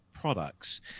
products